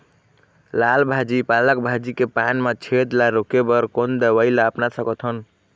लाल भाजी पालक भाजी के पान मा छेद ला रोके बर कोन दवई ला अपना सकथन?